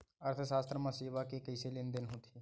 अर्थशास्त्र मा सेवा के कइसे लेनदेन होथे?